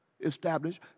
established